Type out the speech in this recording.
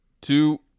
two